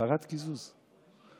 הפרת קיזוז.